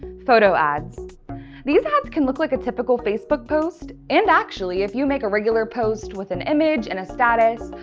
photo ads these ads can look like a typical facebook post, and actually, if you make a regular post with an image and a status,